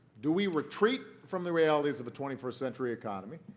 do we retreat from the realities of a twenty first century economy?